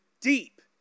deep